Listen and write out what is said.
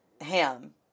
ham